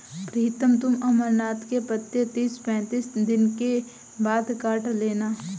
प्रीतम तुम अमरनाथ के पत्ते तीस पैंतीस दिन के बाद काट लेना